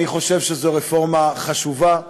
אני חושב שזו רפורמה חשובה.